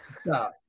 Stop